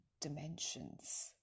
dimensions